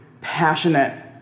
passionate